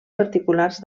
particulars